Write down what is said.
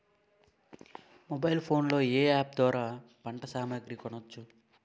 Mobile phone లో ఏ app ద్వారా పంట సామాగ్రి కొనచ్చు?